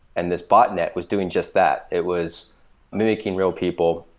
and this botnet was doing just that. it was making real people.